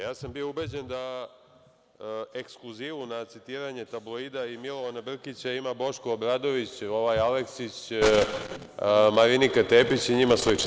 Ja sam bio ubeđen da ekskluzivu na citiranje tabloida i Milovana Brkića ima Boško Obradović, Aleksić, Marinika Tepić i njima slični.